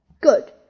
Good